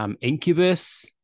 Incubus